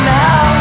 now